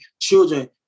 children